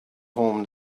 home